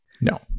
no